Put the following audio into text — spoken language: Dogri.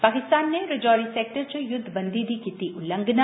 पाकिस्तान नै राजौरी सेक्टर च युद्धबंदी दी कीती उल्लंघना